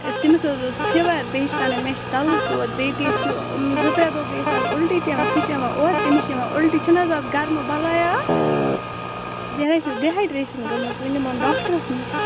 تٔمِس حظ اوس فیٖوَر بیٚیہِ چھُ ونان مےٚ چھِ کَلَس دود بیٚیہِ تہِ ٲسِو یِم زٕ ترٛےٚ دۄہ گٔیَس آز اُلٹی تہِ یِوان سُہ چھِ یِوان اورٕ تٔمِس چھِ یِوان اُلٹی چھُنہٕ حظ از گَرمہٕ بَلایَہ اَکھ بیٚیہِ حظ چھُس ڈِہایڈرٛیشَن گٔمٕژ وٕنۍ نِمون ڈاکٹرَس نِش